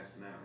now